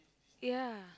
ya